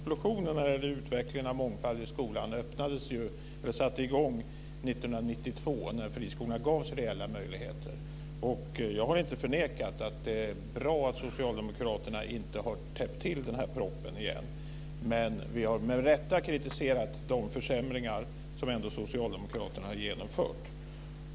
Herr talman! Jag upprepar en gång till att den stora explosionen när det gäller utvecklingen av mångfalden i skolan kom 1992 när friskolorna gavs reella möjligheter. Jag har inte förnekat att det är bra att socialdemokraterna inte har täppt till det här igen, men vi har med rätta kritiserat de försämringar som socialdemokraterna ändå har genomfört.